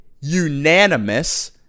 unanimous